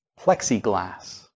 plexiglass